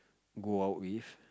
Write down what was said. go out with